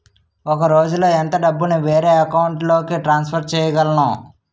ఒక రోజులో ఎంత డబ్బుని వేరే అకౌంట్ లోకి ట్రాన్సఫర్ చేయగలను?